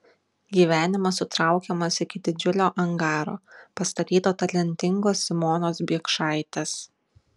gyvenimas sutraukiamas iki didžiulio angaro pastatyto talentingos simonos biekšaitės